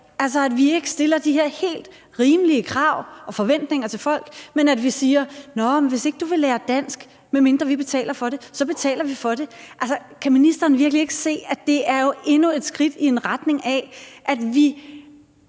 og at vi ikke stiller de her helt rimelige krav og forventninger til folk, men at vi siger: Hvis ikke du vil lære dansk, medmindre vi betaler for det, så betaler vi for det. Kan ministeren virkelig ikke se, at det er endnu et skridt i en retning, hvor